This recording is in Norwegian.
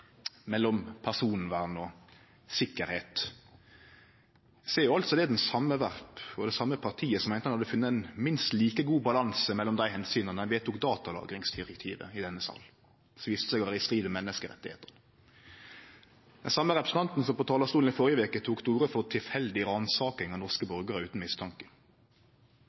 mellom personvern og sikkerheit, så er det altså den same Werp frå det same partiet som meinte at ein hadde funne ein minst like god balanse mellom desse omsyna då ein vedtok datalagringsdirektivet i denne salen, og som viste seg å vere i strid med menneskerettane. Den same representanten stod på talarstolen i førre veke og tok til orde for tilfeldig ransaking av norske borgarar utan mistanke.